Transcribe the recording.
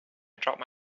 dropped